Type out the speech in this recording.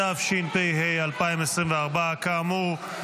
התשפ"ה 2024. כאמור,